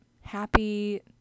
happy